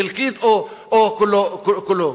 חלקית או את כולו.